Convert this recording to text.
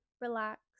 relax